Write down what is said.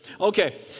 Okay